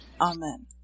Amen